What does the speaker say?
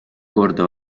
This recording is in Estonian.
korda